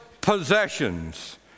possessions